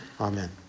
Amen